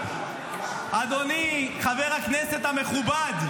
אדוני חבר הכנסת המכובד,